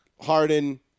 Harden